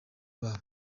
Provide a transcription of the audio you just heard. babo